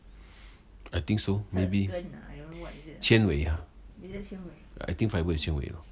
I think so maybe 纤维啊 I think fiber is 纤维 uh